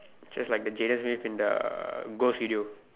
just like the Jayden Smith in the ghost video